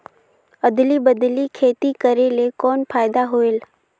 अदली बदली खेती करेले कौन फायदा होयल?